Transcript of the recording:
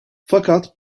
fakat